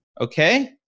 Okay